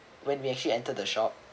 when we actually enter the shop